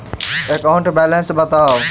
account balance बताउ